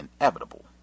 inevitable